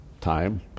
time